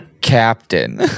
Captain